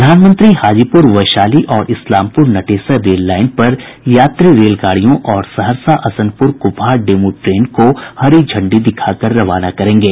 प्रधानमंत्री हाजीपुर वैशाली और इस्लामपुर नटेसर रेललाइन पर यात्री रेलगाड़ियों और सहरसा असनपुर कुपहा डेमू ट्रेन को हरी झंडी दिखाकर रवाना करेंगे